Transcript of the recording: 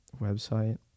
website